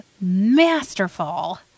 masterful